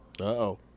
Uh-oh